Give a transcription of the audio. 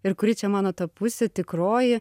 ir kuri čia mano ta pusė tikroji